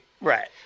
Right